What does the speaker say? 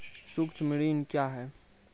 सुक्ष्म ऋण क्या हैं?